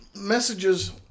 messages